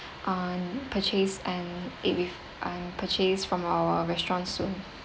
uh purchase and eat with um purchase from our restaurants soon